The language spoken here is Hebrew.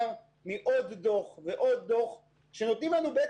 מעוד דוח ועוד דוח שנותנים לנו את